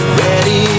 ready